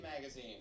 Magazine